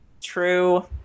True